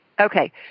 Okay